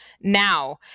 now